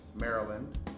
Maryland